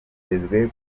vyitezwe